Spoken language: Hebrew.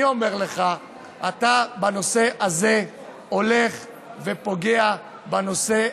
אני אומר לך שבנושא הזה אתה הולך ופוגע בצרכנים.